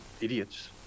idiots